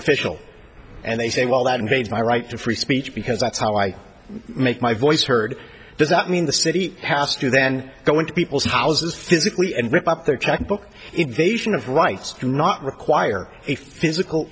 official and they say well that invades my right to free speech because that's how i make my voice heard does that mean the city has to then go into people's houses physically and rip up their checkbook invasion of rights to not require a physical